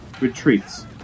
retreats